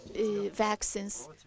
vaccines